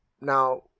now